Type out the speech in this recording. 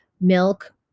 Milk